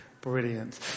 Brilliant